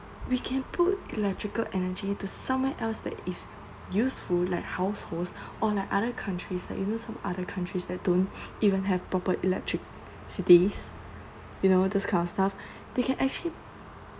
we can put electrical energy to somewhere else that is useful like households or like other countries like you know some other countries that don't even have proper electricity you know those kind of stuff they can actually